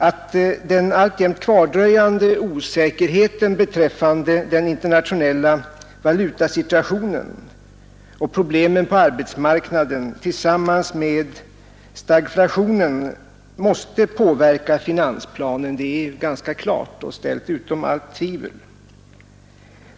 Att den alltjämt kvardröjande osäkerheten beträffande den internationella valutasituationen och problemen på arbetsmarknaden tillsammans med ”stagflationen” måste påverka finansplanen är ställt utom allt tvivel.